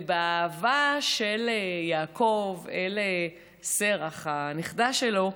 ובאהבה של יעקב אל שרח הנכדה שלו,